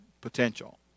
potential